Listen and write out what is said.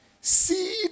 seed